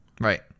Right